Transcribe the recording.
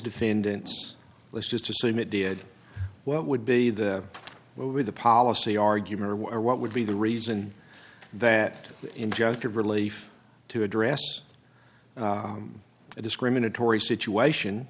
defendants let's just assume it did what would be the over the policy argument or what would be the reason that injunctive relief to address a discriminatory situation